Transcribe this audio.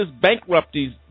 Bankruptcies